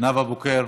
נאוה בוקר,